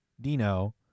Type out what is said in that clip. Dino